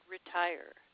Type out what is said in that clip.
Retire